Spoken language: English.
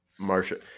Marsha